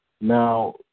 Now